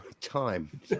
time